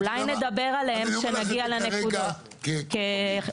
אולי נדבר עליהן כשנגיע לנקודות.